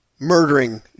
murdering